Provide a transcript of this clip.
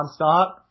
nonstop